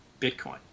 Bitcoin